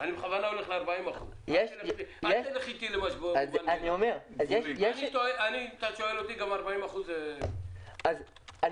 למשל 40%. אם אתה שואל אותי, גם 40% זה מעט מדי.